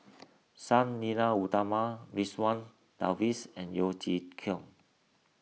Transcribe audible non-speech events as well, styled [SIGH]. Sang Nila Utama Ridzwan [UNINTELLIGIBLE] and Yeo Chee Kiong